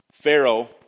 Pharaoh